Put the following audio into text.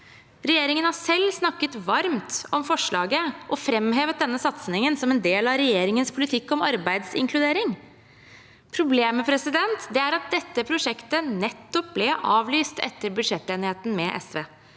Regjeringen har selv snakket varmt om forslaget og framhevet denne satsingen som en del av regjeringens politikk om arbeidsinkludering. Problemet er at dette prosjektet nettopp ble avlyst etter budsjettenigheten med SV.